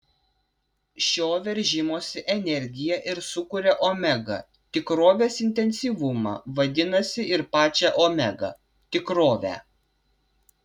šio veržimosi energija ir sukuria omega tikrovės intensyvumą vadinasi ir pačią omega tikrovę